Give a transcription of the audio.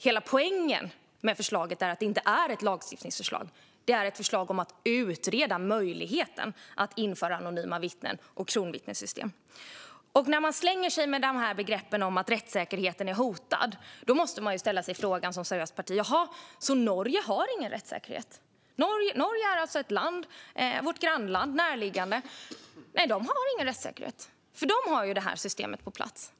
Hela poängen med förslaget är att det inte är ett lagstiftningsförslag, utan det är ett förslag om att utreda möjligheten att införa anonyma vittnen och kronvittnessystem. När man slänger sig med att rättssäkerheten är hotad, måste man som ett seriöst parti fråga sig om Norge inte är ett rättssäkert land. Vårt närliggande grannland Norge har alltså ingen rättssäkerhet eftersom de har systemet på plats.